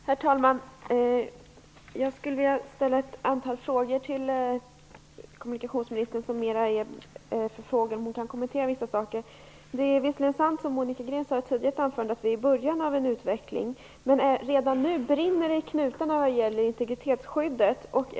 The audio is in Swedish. Herr talman! Jag skulle vilja ha några kommentarer av kommunikationsministern. Det är visserligen sant, som Monica Green sade i ett tidigare inlägg, att vi befinner oss i början av en utveckling. Men redan nu brinner det i knutarna vad gäller integritetsskyddet.